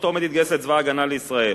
שאו-טו-טו עומד להתגייס לצבא-הגנה לישראל,